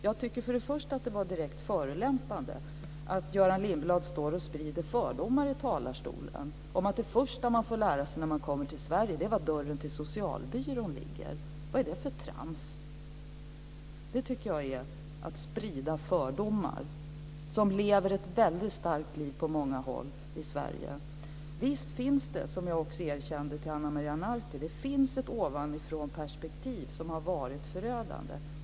Jag tycker för det första att det var direkt förolämpande att Göran Lindblad stod och spred fördomar i talarstolen om att det första man får lära sig när man kommer till Sverige är var dörren till socialbyrån ligger. Vad är det för trams? Det tycker jag är att sprida fördomar som lever ett väldigt starkt liv på många håll i Sverige. Visst finns det, som jag också erkände till Ana Maria Narti, ett ovanifrånperspektiv som har varit förödande.